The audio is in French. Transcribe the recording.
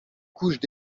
couches